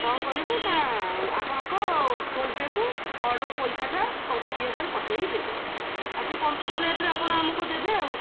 କ'ଣ କରିବୁ ନା ଆପଣଙ୍କ ଫୋନ ପେ କୁ ଅର୍ଡର୍ ପଇସାଟା ଟଙ୍କା ଦୁଇ ହଜାର ପଠେଇ ଦେବୁ ଆଉ ଟିକେ କନସେସନ୍ ରେଟ୍ରେ ଆପଣ ଆମକୁ ଦେବେ ଆଉ